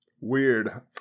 Weird